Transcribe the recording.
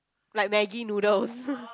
like Maggi noodles